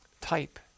type